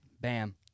Bam